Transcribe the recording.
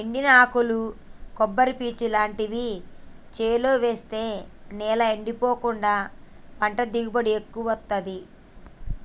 ఎండిన ఆకులు కొబ్బరి పీచు లాంటివి చేలో వేస్తె నేల ఎండిపోకుండా పంట దిగుబడి ఎక్కువొత్తదీ